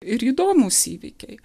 ir įdomūs įvykiai